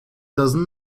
doesn’t